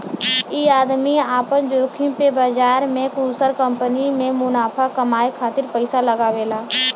ई आदमी आपन जोखिम पे बाजार मे दुसर कंपनी मे मुनाफा कमाए खातिर पइसा लगावेला